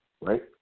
Right